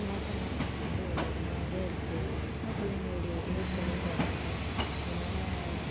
மோசமாக இப்படி ஒரு மாதிரியாக இருக்கு ஏன் பிள்ளைங்க இப்படி எடிட் பண்ணி போடுறாங்க இதனால்